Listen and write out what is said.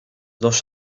dos